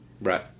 Right